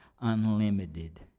unlimited